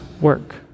work